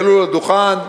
יעלו לדוכן,